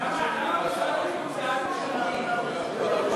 למה משרד החינוך בעד משתמטים?